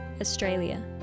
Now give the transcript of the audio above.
Australia